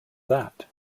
that